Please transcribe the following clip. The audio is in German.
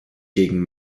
gegen